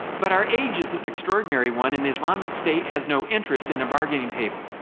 but our age is an extraordinary one and the islamic state has no interest in a bargaining table.